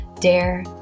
dare